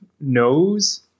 knows